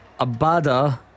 Abada